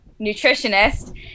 nutritionist